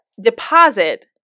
Deposit